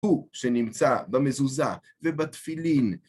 הוא שנמצא במזוזה ובתפילין.